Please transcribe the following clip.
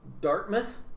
Dartmouth